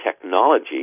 technology